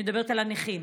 אני מדברת על הנכים.